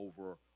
over